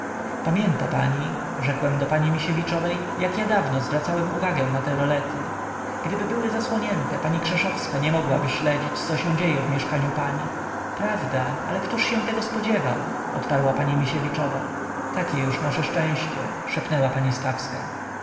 pamięta pani rzekłem do pani misiewiczowej jak ja dawno zwracałem uwagę na te rolety gdyby były zasłonięte pani krzeszowska nie mogłaby śledzić co się dzieje w mieszkaniu pań prawda ale któż się tego spodziewał odparła pani misiewiczowa takie już nasze szczęście szepnęła pani stawska